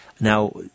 Now